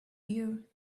year